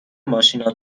ماشینا